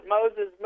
Moses